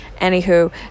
Anywho